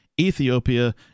Ethiopia